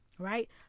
right